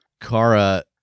Kara